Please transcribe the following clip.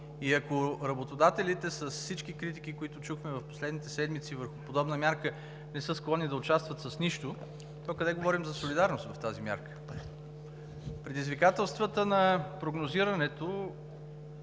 И ако работодателите, с всички критики, които чухме в последните седмици върху подобна мярка, не са склонни да участват с нищо, то къде говорим за солидарност в тази мярка? Предизвикателствата на прогнозирането